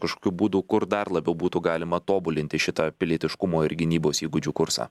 kažkokių būdų kur dar labiau būtų galima tobulinti šitą pilietiškumo ir gynybos įgūdžių kursą